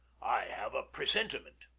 i have a presentiment.